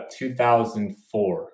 2004